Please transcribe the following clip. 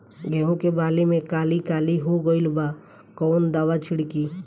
गेहूं के बाली में काली काली हो गइल बा कवन दावा छिड़कि?